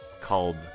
called